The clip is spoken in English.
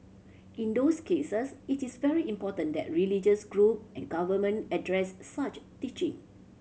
in those cases it is very important that religious group and government address such teaching